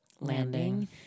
landing